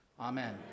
Amen